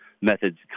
methods